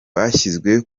bashyizwe